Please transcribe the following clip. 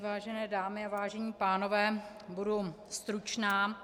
Vážené dámy a vážení pánové, budu stručná.